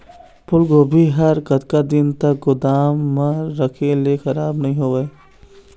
फूलगोभी हर कतका दिन तक गोदाम म रखे ले खराब नई होय?